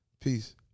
Peace